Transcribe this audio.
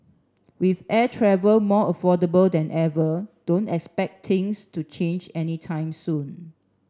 with air travel more affordable than ever don't expect things to change any time soon